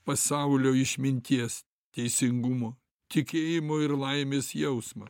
pasaulio išminties teisingumo tikėjimo ir laimės jausmą